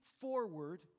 forward